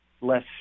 less